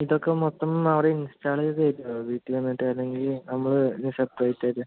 ഇതൊക്കെ മൊത്തം അവിടെ ഇൻസ്റ്റാള് ചെയ്ത് തരുമോ വീട്ടിൽ വന്നിട്ട് അല്ലെങ്കിൽ നമ്മൾ ഇനി സെപ്പറേറ്റായിട്ട്